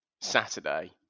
Saturday